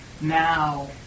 now